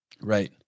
Right